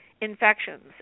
infections